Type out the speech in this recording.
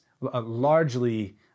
largely